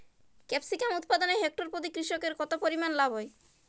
Capsicum উৎপাদনে hectare প্রতি কৃষকের কত পরিমান লাভ হয়?